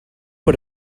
bod